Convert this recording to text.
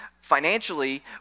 financially